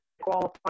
qualifying